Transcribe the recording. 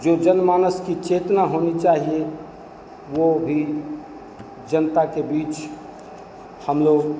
जो जन मानस की चेतना होनी चाहिए वह भी जनता के बीच हम लोग